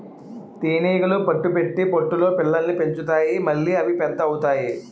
తేనీగలు పట్టు పెట్టి పట్టులో పిల్లల్ని పెంచుతాయి మళ్లీ అవి పెద్ద అవుతాయి